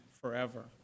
forever